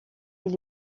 ils